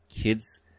kids